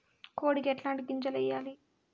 కోడికి ఎట్లాంటి గింజలు వేయాలి?